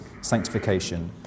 sanctification